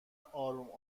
آروم